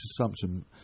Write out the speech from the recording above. assumption